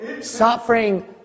Suffering